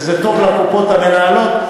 וזה טוב לקופות המנהלות.